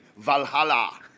Valhalla